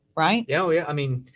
right? yeah. yeah. i mean,